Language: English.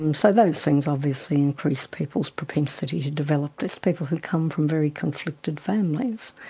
um so those things obviously increase people's propensity to develop this. people who come from very conflicted families,